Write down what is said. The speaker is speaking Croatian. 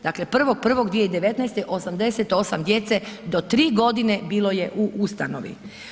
Dakle, 1.1.2019. 88 djece do 3 g. bilo je u ustanovi.